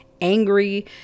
angry